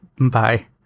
Bye